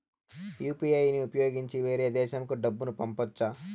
UPI ని ఉపయోగించి వేరే దేశంకు డబ్బును పంపొచ్చా?